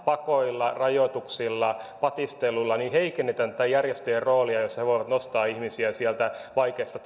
pakoilla rajoituksilla patistelulla heikennetään tätä järjestöjen roolia jossa he voivat nostaa ihmisiä sieltä vaikeista